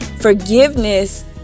Forgiveness